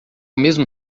mesmo